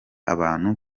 abantu